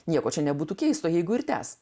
nieko čia nebūtų keisto jeigu ir tęs